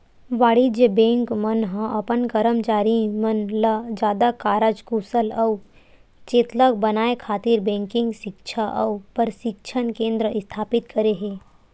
वाणिज्य बेंक मन ह अपन करमचारी मन ल जादा कारज कुसल अउ चेतलग बनाए खातिर बेंकिग सिक्छा अउ परसिक्छन केंद्र इस्थापित करे हे